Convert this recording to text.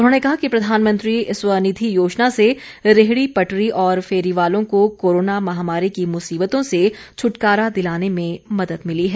उन्होंने कहा कि प्रधानमंत्री स्व निधि योजना से रेहड़ी पटरी और फेरी वालों को कोरोना महामारी की मुसीबतों से छुटकारा दिलाने में मदद मिली है